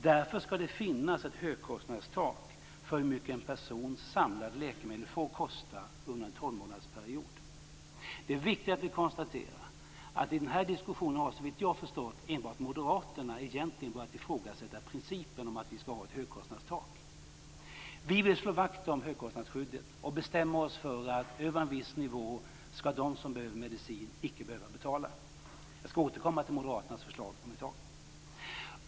Därför skall det finnas ett högkostnadstak för hur mycket en persons samlade läkemedel får kosta under en tolvmånadersperiod. Det är viktigt att konstatera att enbart Moderaterna såvitt jag har förstått i den här diskussionen har börjat ifrågasätta principen att vi skall ha ett högkostnadstak. Vi vill slå vakt om högkostnadsskyddet och bestämma oss för att över en viss nivå skall de som behöver medicin inte tvingas betala. Jag skall återkomma till Moderaternas förslag om ett tag.